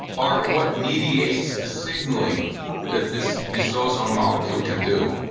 are what mediates the signaling that this this ozone molecule can do